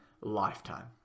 lifetime